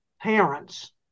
parents